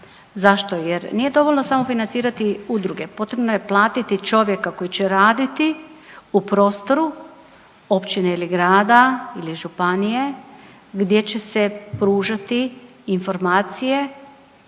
Zašto? Jer nije dovoljno samo financirati udruge, potrebno je platiti čovjeka koji će radit u prostoru općine ili grada ili županije gdje će se pružati informacije